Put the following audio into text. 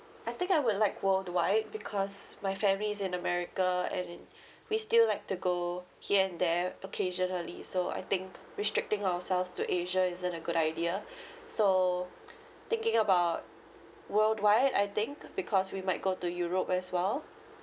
I think I would like worldwide because my family is in america and we still like to go here and there occasionally so I think restricting ourselves to asia isn't a good idea so thinking about worldwide I think because we might go to europe as well